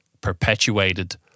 perpetuated